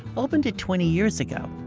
opened it twenty years ago.